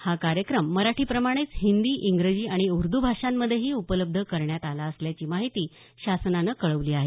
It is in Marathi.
हा कार्यक्रम मराठी प्रमाणेच हिंदी इंग्रजी आणि उर्द भाषांमध्येही उपलब्ध करण्यात आला असल्याची माहिती शासनानं कळवली आहे